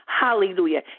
Hallelujah